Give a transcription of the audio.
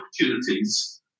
opportunities